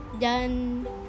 done